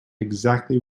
exactly